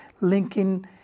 linking